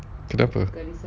kenapa